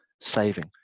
saving